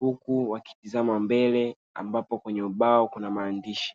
huku wakitazama mbele ambapo kwenye ubao kuna maandishi.